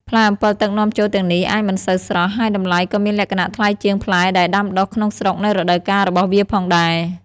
ផ្លែអម្ពិលទឹកនាំចូលទាំងនេះអាចមិនសូវស្រស់ ហើយតម្លៃក៏មានលក្ខណៈថ្លៃជាងផ្លែដែលដាំដុះក្នុងស្រុកនៅរដូវកាលរបស់វាផងដែរ។